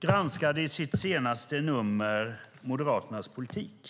granskade i sitt senaste nummer Moderaternas politik.